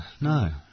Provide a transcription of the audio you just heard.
No